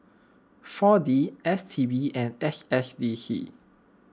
four D S T B and S S D C